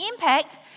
impact